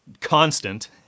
constant